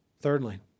Thirdly